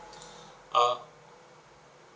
uh